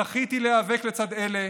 זכיתי להיאבק לצד אלה